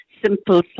Simple